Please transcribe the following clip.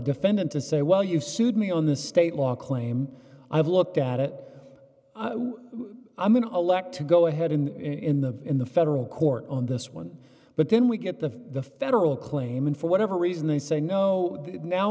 defendant to say well you sued me on the state law claim i've looked at it i'm going to elect to go ahead in in the in the federal court on this one but then we get to the federal claim and for whatever reason they say no